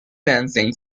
dancing